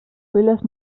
filles